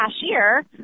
cashier